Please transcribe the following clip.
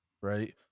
right